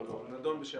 הוא נדון בשעתו.